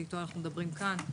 שאיתו אנחנו מדברים כאן,